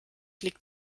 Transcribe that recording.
liegt